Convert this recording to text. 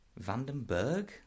Vandenberg